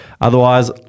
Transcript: otherwise